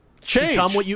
Change